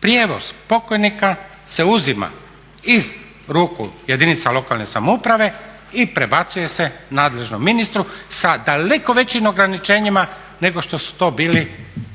Prijevoz pokojnika se uzima iz ruku jedinica lokalne samouprave i prebacuje se nadležnom ministru sa daleko većim ograničenjima nego što su to bili prijevozi